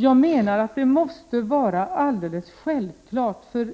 Jag menar att det måste vara alldeles självklart för